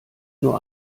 nur